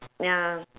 ya